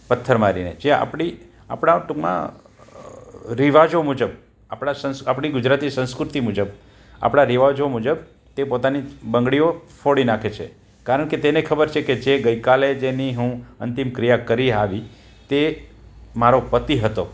પથ્થર મારીને જે આપણી આપણા ટૂંકમાં રિવાજો મુજબ આપડા આપણી ગુજરાતી સંસ્કૃતિ મુજબ આપણા રિવાજો મુજબ તે પોતાની બંગડીઓ ફોડી નાખે છે કારણ કે તેને ખબર છે કે જે ગઈકાલે જેની હું અંતિમ ક્રિયા કરી આવી તે મારો પતિ હતો